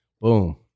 boom